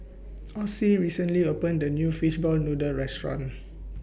Osie recently opened A New Fishball Noodle Restaurant